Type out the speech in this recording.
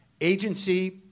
Agency